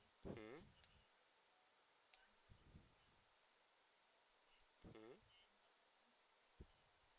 mm